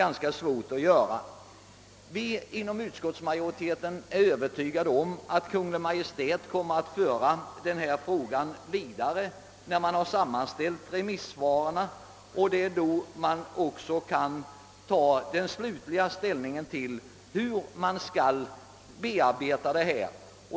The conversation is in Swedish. Inom utskottsmajoriteten är vi övertygade om att Kungl. Maj:t kommer att föra denna fråga vidare när man har sammanställt remissvaren. Det är då man också kan ta slutlig ställning till hur materialet skall bearbetas.